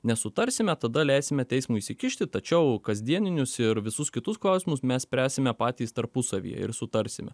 nesutarsime tada leisime teismui įsikišti tačiau kasdieninius ir visus kitus klausimus mes spręsime patys tarpusavyje ir sutarsime